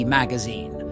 magazine